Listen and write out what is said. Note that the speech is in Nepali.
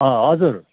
अँ हजुर